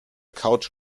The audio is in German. couch